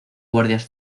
guardias